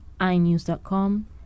iNews.com